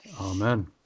Amen